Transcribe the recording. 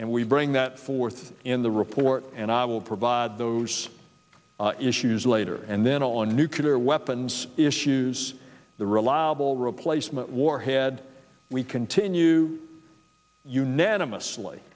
and we bring that forth in the report and i will provide those issues later and then on nuclear weapons issues the reliable replacement warhead we continue unanimously